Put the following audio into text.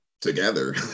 together